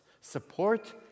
support